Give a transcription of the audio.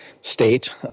state